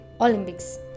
Olympics